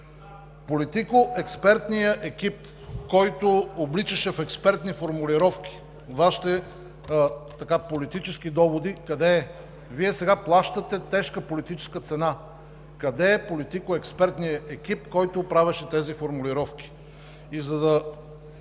Политико-експертният екип, който обличаше в експертни формулировки Вашите политически доводи, къде е? Вие сега плащате тежка политическа цена. Къде е политико-експертният екип, който правеше тези формулировки?